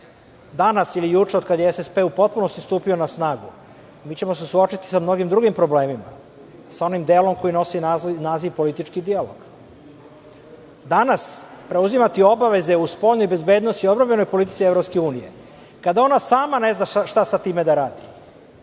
Danas ili juče otkad je SSP u potpunosti stupio na snagu mi ćemo se suočiti sa mnogim drugim problemima, sa onim delom koji nosi naziv – politički dijalog. Danas preuzimati obaveze u spoljnoj bezbednosnoj i odbrambenoj politici EU, kada ona sama ne zna šta sa time da radi,